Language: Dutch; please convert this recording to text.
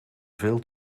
veel